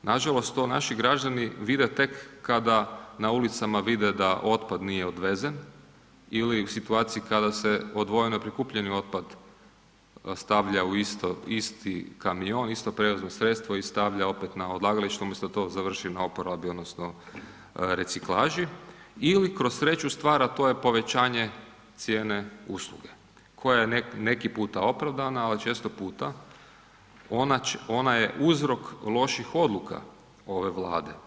Nažalost, to naši građani vide tek kada na ulicama vide da otpad nije odvezen ili u situaciji kada se odvojeni i prikupljeni otpad stavlja u isti kamion, isto prijevozno sredstvo i stavlja opet na odlagalište umjesto da to završi na oporabi odnosno reciklaži ili kroz treću stvar, a to je povećanje cijene usluge koja je neki puta opravdana, ali često puta ona je uzrok loših odluka ove Vlade.